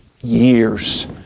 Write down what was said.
years